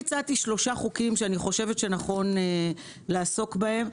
הצעתי שלושה חוקים, שאני חושבת שנכון לעסוק בהם.